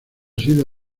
sido